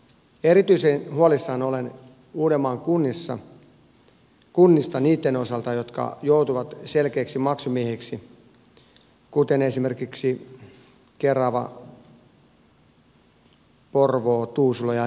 erityisen huolissani olen uudenmaan kunnista niiden osalta jotka joutuvat selkeiksi maksumiehiksi kuten esimerkiksi kerava porvoo tuusula ja nurmijärvi